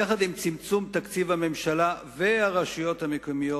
יחד עם צמצום תקציב הממשלה והרשויות המקומיות,